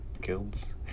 guilds